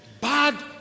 bad